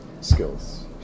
skills